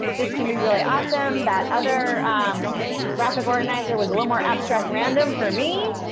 this can be really awesome. that other graphic organizer was a little more abstract random for me,